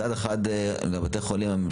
מצד אחד, גם נותנים כסף לבתי החולים הממשלתיים,